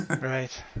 Right